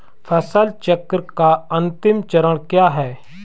फसल चक्र का अंतिम चरण क्या है?